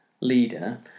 leader